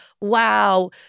Wow